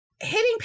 Hitting